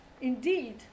Indeed